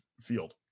field